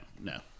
no